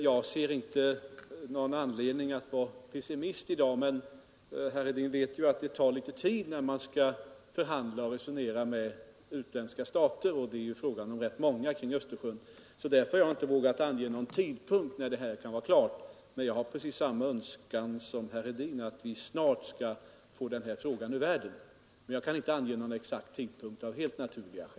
Jag ser inte någon anledning att vara pessimist i dag, men herr Hedin vet ju att det tar lite tid när man skall förhandla och resonera med utländska stater, och det är ju fråga om rätt många kring Östersjön. Därför har jag inte vågat ange någon tidpunkt när en överenskommelse kan vara klar, men jag har precis samma önskan som herr Hedin att vi snart skall få den här frågan ur världen. Jag kan dock av helt naturliga skäl inte ange någon exakt tidpunkt.